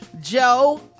joe